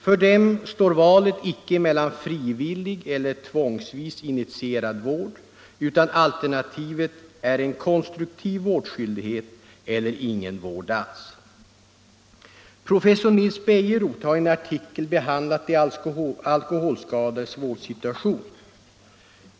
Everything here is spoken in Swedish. För dem står valet icke mellan frivillig eller tvångsvis initierad vård utan alternativen är en konstruktiv vårdskyldighet eller ingen vård alls. Professor Nils Bejerot har i olika artiklar behandlat de alkoholskadades vårdsituation.